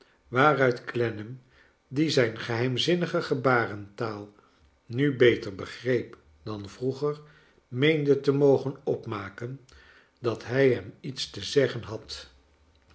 waaruit clennam die zijn geheimzinnige gebarentaal nu beter begreep dan vroeger meende te mogen opmaken dat hij hem iets te zeggen had